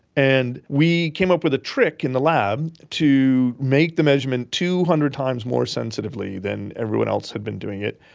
and we came up with a trick in the lab to make the measurement two hundred times more sensitively than everyone else had been doing it,